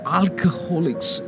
alcoholics